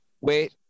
Wait